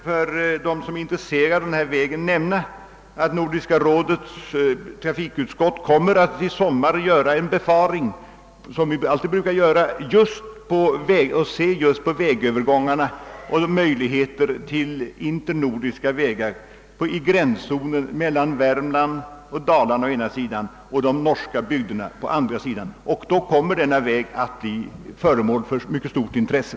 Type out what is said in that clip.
För dem som är intresserade av saken vill jag nämna att Nordiska rådets trafikutskott i sommar kommer att — som vi alltid brukar göra — befara de aktuella vägsträckorna och därvid studera gränsövergångarna och möjligheterna att skapa internordiska vägar i gränszonen mellan Värmland och Dalarna å ena sidan och de norska bygderna å andra sidan. Då kommer detta vägprojekt att bli föremål för mycket stort intresse.